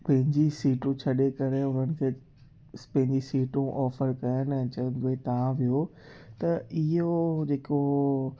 पंहिंजी सीटू छॾे करे हुननि खे पंहिंजी सीटू ऑफर कयनि ऐं चई उहे तव्हां बीहो त इहो जेको